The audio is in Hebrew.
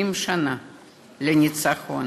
70 שנה לניצחון.